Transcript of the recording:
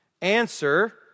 Answer